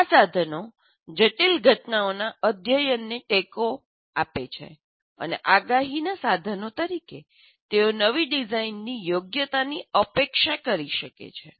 આ સાધનો જટિલ ઘટનાઓના અધ્યયનને ટેકો આપે છે અને આગાહીના સાધનો તરીકે તેઓ નવી ડિઝાઇનની યોગ્યતાની અપેક્ષા કરી શકે છે